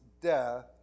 death